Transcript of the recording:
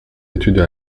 études